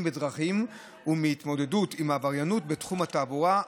בדרכים ומההתמודדות עם העבריינות בתחום התעבורה,